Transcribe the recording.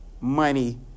money